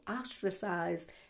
ostracized